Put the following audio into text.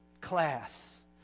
class